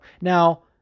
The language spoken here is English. Now